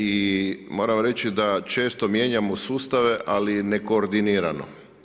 I moram reći da često mijenjamo sustave, ali nekoordinirano.